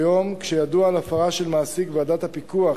כיום, כשידוע על הפרה של מעסיק, ועדת הפיקוח